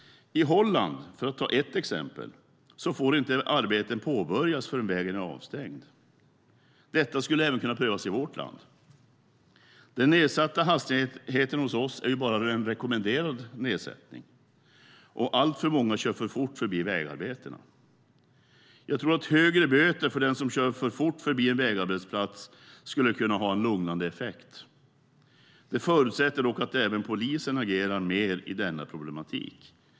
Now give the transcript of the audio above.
I Holland, för att ta ett exempel, får inte arbeten påbörjas förrän vägen är avstängd. Detta skulle kunna prövas även i vårt land. Den nedsatta hastigheten hos oss är bara en rekommenderad nedsättning, och alltför många kör för fort förbi vägarbeten. Jag tror att högre böter för den som kör för fort förbi en vägarbetsplats skulle kunna ha en lugnande effekt. Det förutsätter dock också att polisen agerar mer i denna problematik.